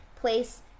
place